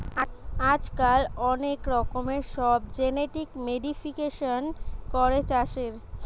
আজকাল অনেক রকমের সব জেনেটিক মোডিফিকেশান করে চাষের